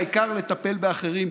העיקר לטפל באחרים.